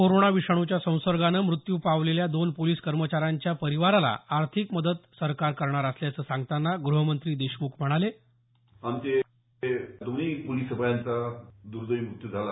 corona विषाणुच्या संसर्गानं मृत्यू पावलेल्या दोन पोलिस कर्मचाऱ्यांच्या परीवाराला आर्थिक मदत सरकार करणार असल्याचं सांगताना ग्रहमंत्री देशम्ख म्हणाले आमच्या दोन्ही पोलिस शिपाईचा मृत्यू झाला